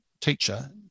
teacher